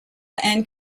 and